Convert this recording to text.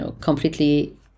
completely